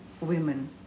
women